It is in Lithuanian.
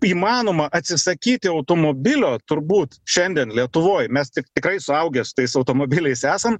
įmanoma atsisakyti automobilio turbūt šiandien lietuvoj mes tik tikrai suaugę su tais automobiliais esam